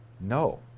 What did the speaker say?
No